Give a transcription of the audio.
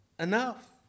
enough